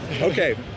Okay